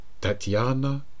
Tatiana